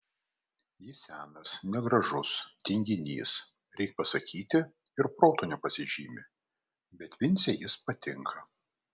jis senas negražus tinginys reik pasakyti ir protu nepasižymi bet vincei jis patinka